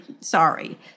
sorry